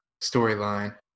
storyline